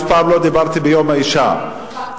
אני אף פעם לא דיברתי ביום האשה הבין-לאומי,